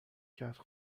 کرد